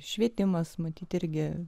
švietimas matyt irgi